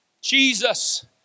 Jesus